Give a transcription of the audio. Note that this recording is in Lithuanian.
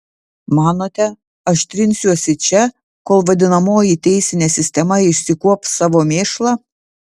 manote aš trinsiuosi čia kol vadinamoji teisinė sistema išsikuops savo mėšlą